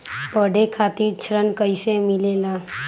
पढे खातीर ऋण कईसे मिले ला?